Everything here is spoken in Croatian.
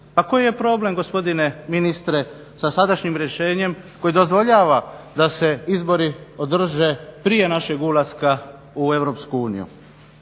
Pa koji je problem, gospodine ministre, sa sadašnjim rješenjem koji dozvoljava da se izbori održe prije našeg ulaska u EU?